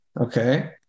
Okay